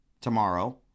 tomorrow